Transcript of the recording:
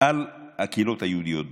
על הקהילות היהודיות בעולם: